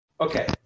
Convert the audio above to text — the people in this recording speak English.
Okay